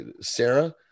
sarah